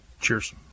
Cheers